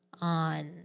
on